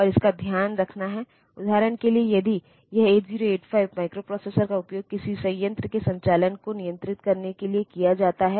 तो यह ऐसा है और यदि आपको हेक्साडेसिमल मानों का एक सेट दिया जाता है